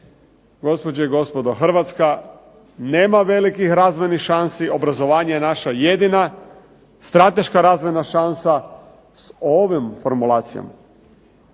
Gospođe i gospodo, Hrvatska nema velikih razvojnih šansi. Obrazovanje je naša jedina strateška razvojna šansa. O ovim formulacija,